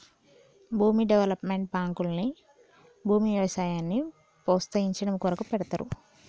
భూమి డెవలప్మెంట్ బాంకుల్ని భూమి వ్యవసాయాన్ని ప్రోస్తయించడం కొరకు పెడ్తారు